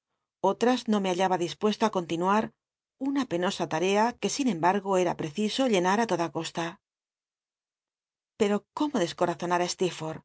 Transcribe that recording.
otras no me hallaba dispuesto i continuar una penosa tarl a que sin cmb ugo ea lli'cdso henal i toda costa i pero cómo descorazonar